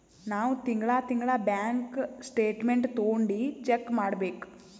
ನಾವ್ ತಿಂಗಳಾ ತಿಂಗಳಾ ಬ್ಯಾಂಕ್ ಸ್ಟೇಟ್ಮೆಂಟ್ ತೊಂಡಿ ಚೆಕ್ ಮಾಡ್ಬೇಕ್